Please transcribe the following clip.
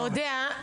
אתה יודע,